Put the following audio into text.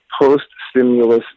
post-stimulus